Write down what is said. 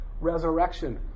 Resurrection